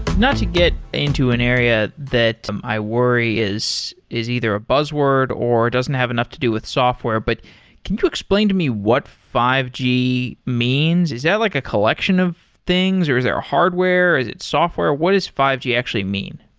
to get into an area that i worry is is either a buzzword or it doesn't have enough to do with software, but can you explain to me what five g means? is that like a collection of things or is it a hardware? is it software? what is five g actually mean?